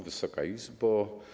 Wysoka Izbo!